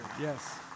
Yes